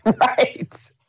Right